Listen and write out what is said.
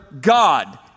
God